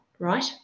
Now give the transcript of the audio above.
right